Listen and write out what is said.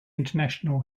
international